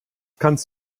kannst